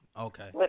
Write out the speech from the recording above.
Okay